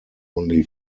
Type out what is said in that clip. only